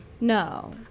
no